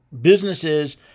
businesses